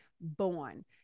born